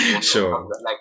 Sure